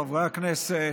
חברי הכנסת,